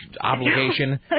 obligation